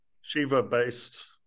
Shiva-based